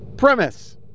premise